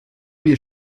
wir